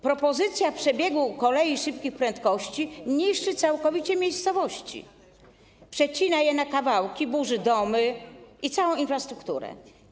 Propozycja przebiegu kolei szybkich prędkości niszczy całkowicie miejscowości, przecina je na kawałki, burzy domy i całą infrastrukturę.